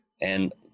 And-